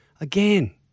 again